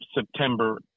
September